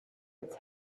its